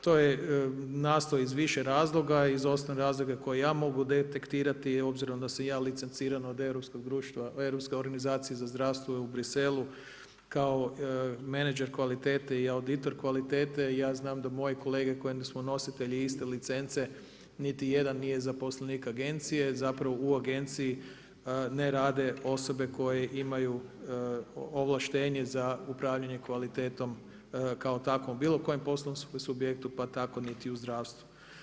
To je nastalo iz više razloga, iz ostalih razloga koje ja mogu detektirati obzirom da sam i ja licenciran od europskog društva, Europska organizacija za zdravstvo je u Brusselsu kao menadžer kvalitete i auditor kvalitete i ja znam da moji kolege koji smo nositelji iste licence niti jedan nije zaposlenih Agencije, zapravo u Agenciji ne rade osobe koje imaju ovlaštenje za upravljanje kvalitetom kao takvom, bilo kojem poslovnom subjektu pa tako niti u zdravstvu.